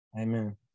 Amen